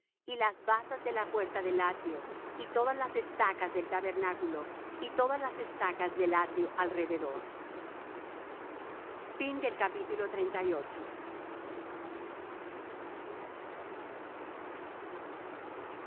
y las basas de la puerta del atrio y todas las estacas del tabernáculo y todas las estacas del atrio alrededor y